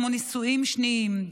כמו נישואים שניים,